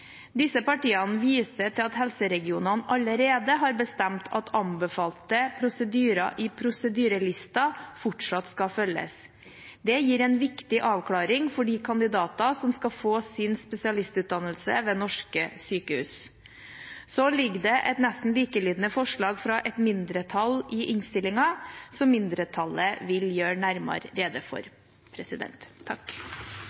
Disse partiene viser til at helseregionene allerede har bestemt at anbefalte prosedyrer i prosedyrelisten fortsatt skal følges. Det gir en viktig avklaring for de kandidatene som skal få sin spesialistutdannelse ved norske sykehus. Det foreligger et nesten likelydende forslag fra et mindretall i innstillingen, som mindretallet vil gjøre nærmere rede